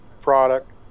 product